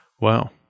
Wow